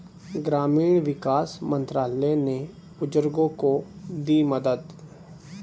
ग्रामीण विकास मंत्रालय ने बुजुर्गों को दी मदद